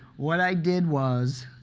what i did was,